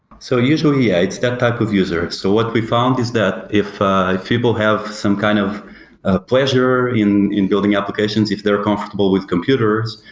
so usually, yeah. it's that type of user. so what we found is that if people have some kind of ah pleasure in in building applications, if they're comfortable with computers,